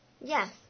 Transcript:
Yes